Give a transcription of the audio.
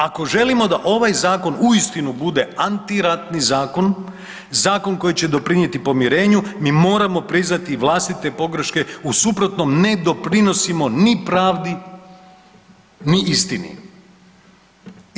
Ako želimo da ovaj zakon uistinu bude antiratni zakon, zakon koji će doprinjeti pomirenju, mi moramo priznati i vlastite pogreške u suprotnom ne doprinosimo ni pravdi ni istini.